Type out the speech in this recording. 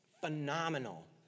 phenomenal